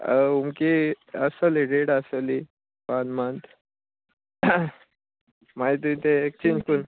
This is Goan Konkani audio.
ओमकी आसतली डेट आसतली वन मंथ मागीर तुयें तें एक्सचेंज करून